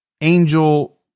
Angel